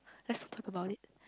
let's talk about it